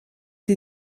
die